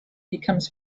becomes